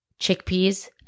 chickpeas